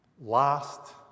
last